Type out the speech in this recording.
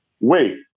wait